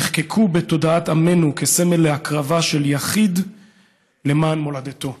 נחקקו בתודעת עמנו כסמל להקרבה של יחיד למען מולדתו.